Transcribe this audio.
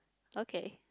okay